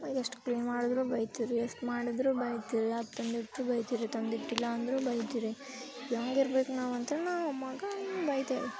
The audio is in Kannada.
ಎಷ್ಟು ಕ್ಲೀನ್ ಮಾಡಿದರೂ ಬೈತೀರಿ ಎಷ್ಟ್ ಮಾಡಿದರೂ ಬೈತೀರಿ ಅದು ತಂದಿಟ್ರೂ ಬೈತೀರಿ ತಂದಿಟ್ಟಿಲ್ಲ ಅಂದರೂ ಬೈತೀರಿ ಹೆಂಗಿರ್ಬೇಕ್ ನಾವು ಅಂತೇಳಿ ನಾವು ಅಮ್ಮಗೆ ಬೈತೀವಿ